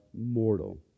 mortal